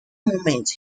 moment